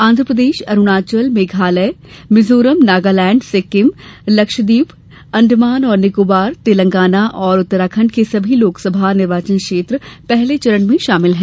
आन्द्र प्रदेश अरूणाचल प्रदेश मेघालय मिजोरम नगालैंड सिक्किम लक्षद्वीप अंडमान और निकोबार तेलंगाना और उत्तराखंड के सभी लोकसभा निर्वाचन क्षेत्र पहले चरण में शामिल हैं